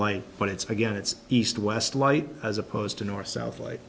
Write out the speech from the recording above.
light but it's again it's east west light as opposed to north south l